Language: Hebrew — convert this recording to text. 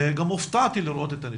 הופתעתי לראות את הנתונים,